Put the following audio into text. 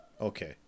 Okay